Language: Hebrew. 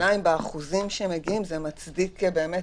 השאלה אם באחוזים שמגיעים זה מצדיק הבדל.